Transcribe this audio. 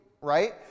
right